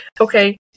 Okay